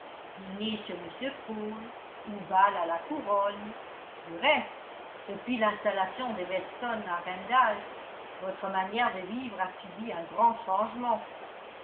dîner chez m cole ou bal à la couronne du reste depuis l'installation des weston à randalls votre manière de vivre a subi un grand changement